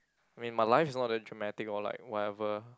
I mean my life is not that dramatic or like whatever